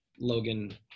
Logan